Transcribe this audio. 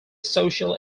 social